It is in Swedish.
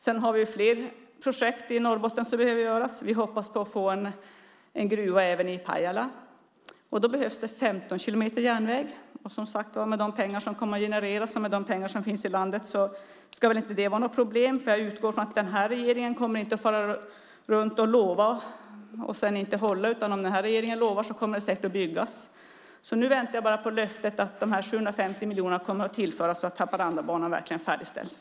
Sedan har vi fler projekt som behöver genomföras i Norrbotten. Vi hoppas få en gruva även i Pajala. Då behövs det 15 kilometer järnväg. Och, som sagt, med de pengar som kommer att genereras och med de pengar som finns i landet ska väl inte det vara något problem, för jag utgår från att den här regeringen inte kommer att fara runt och lova och sedan inte hålla det man lovar. Om den här regeringen lovar kommer det säkert att byggas. Så nu väntar jag bara på löftet att de här 750 miljonerna kommer att tillföras så att Haparandabanan verkligen färdigställs.